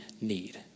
need